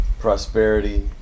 prosperity